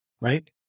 right